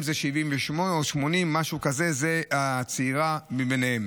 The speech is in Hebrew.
הוא בגיל 78 או 80. זו הצעירה מביניהם.